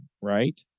right